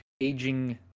aging